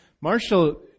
Marshall